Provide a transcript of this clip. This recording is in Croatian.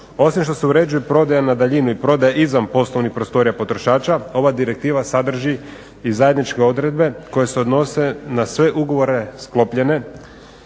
Osim što se uređuju prodaja na daljinu i prodaja izvan poslovnih prostorija potrošača ova Direktiva sadrži i zajedničke odredbe koje se odnose na sve ugovore sklopljene